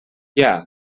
yeah